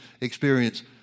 experience